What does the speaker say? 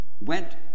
went